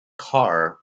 carr